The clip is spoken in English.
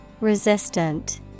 Resistant